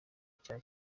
cya